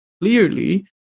clearly